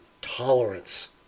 tolerance